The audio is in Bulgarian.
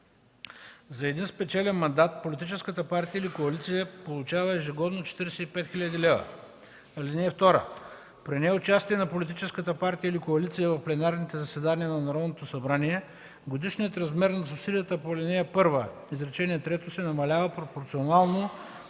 За един спечелен мандат политическата партия или коалиция получава ежегодно 45 000 лв. (2) При неучастие на политическата партия или коалиция в пленарните заседания на Народното събрание годишният размер на субсидията по ал. 1, изречение трето се намалява пропорционално